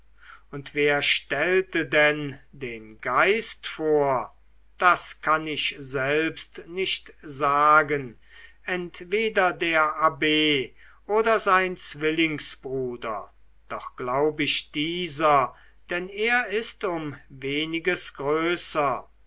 und wer stellte denn den geist vor das kann ich selbst nicht sagen entweder der abb oder sein zwillingsbruder doch glaub ich dieser denn er ist um ein weniges größer